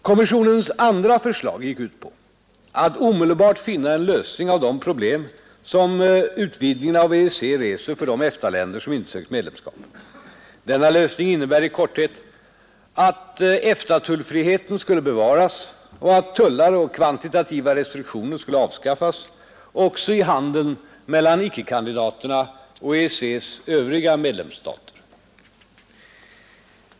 Kommissionens andra förslag gick ut på att omedelbart finna en lösning av de problem som utvidgningen av EEC reser för de EFTA-länder som inte sökt medlemskap. Denna lösning innebar i korthet att EFTA-tullfriheten skulle bevaras och att tullar och kvantitativa restriktioner skulle avskaffas också i handeln mellan icke-kandidaterna och EEC:s övriga medlemsstater.